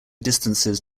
distances